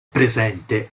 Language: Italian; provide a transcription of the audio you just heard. presente